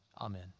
Amen